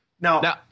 Now